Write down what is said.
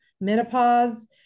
menopause